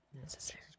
Necessary